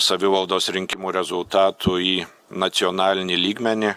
savivaldos rinkimų rezultatų į nacionalinį lygmenį